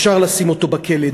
אפשר לשים אותו בכלא,